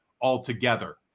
altogether